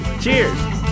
Cheers